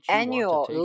annual